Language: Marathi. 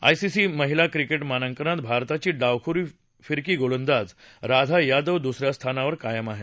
आयसीसी महिला क्रिकेट मानांकनात भारताची डावख्री फिरकी गोलंदाज राधा यादव द्सऱ्या स्थानावर कायम आहे